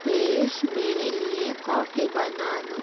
please میرے لیے coffee بنا دو